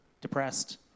depressed